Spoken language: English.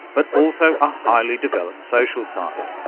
but also a highly developed social side.